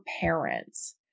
parents